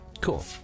Cool